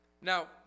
Now